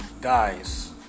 Guys